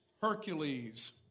Hercules